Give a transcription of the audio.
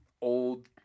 Old